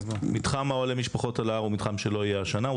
מתחם אוהלי המשפחות על ההר הוא מתחם שלא יהיה השנה.